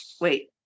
wait